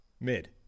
Mid